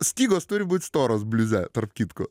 stygos turi būti storos bliuze tarp kitko